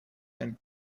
hin